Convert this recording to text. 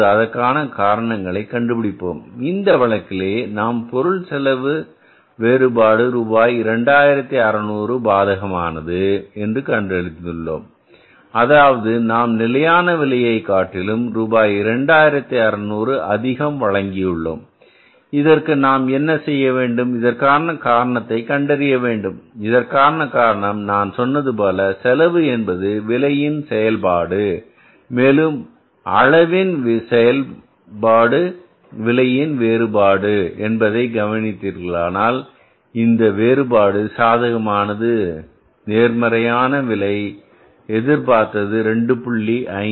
இப்போது அதற்கான காரணங்களை கண்டுபிடிக்கலாம் இந்த வழக்கிலே நாம் பொருள் செலவு வேறுபாடு ரூபாய் 2600 பாதகமானது என்று கண்டறிந்துள்ளோம் அதாவது நாம் நிலையான விலையை காட்டிலும் ரூபாய் 2600 அதிகம் வழங்கியுள்ளோம் இதற்கு நாம் என்ன செய்ய வேண்டும் இதற்கான காரணத்தை நாம் கண்டறிய வேண்டும் இதற்கான காரணம் நான் சொன்னது போல செலவு என்பது விலையின் செயல்பாடு மேலும் அளவின் செயல்பாடு விலையின் வேறுபாடு என்பதை கவனித்தீர்களானால் இந்த வேறுபாடு சாதகமானது நேர்மறையான நிலையான விலை எதிர்பார்த்தது 2